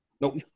Nope